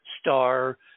star